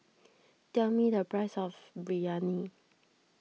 tell me the price of Biryani